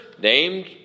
named